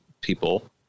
people